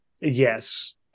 yes